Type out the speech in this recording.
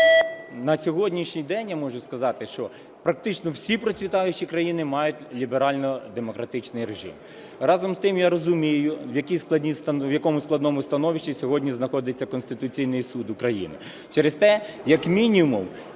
на сьогоднішній день я можу сказати, що практично всі процвітаючі країни мають ліберально-демократичний режим. Разом з тим я розумію, в якому складному становищі сьогодні знаходиться Конституційний Суд України.